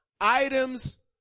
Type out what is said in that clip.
items